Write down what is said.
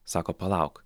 sako palauk